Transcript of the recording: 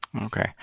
Okay